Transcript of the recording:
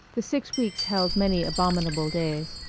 the six weeks held many abominable days.